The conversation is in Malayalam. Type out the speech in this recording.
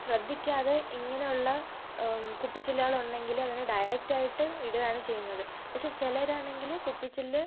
ശ്രദ്ധിക്കാതെ ഇങ്ങനെയുള്ള കുപ്പിച്ചില്ലുകൾ ഉണ്ടെങ്കിൽ അതിനെ ഡയറക്റ്റ് ആയിട്ട് ഇടുകയാണ് ചെയ്യുന്നത് പക്ഷേ ചിലരാണെങ്കിൽ കുപ്പിച്ചില്ല്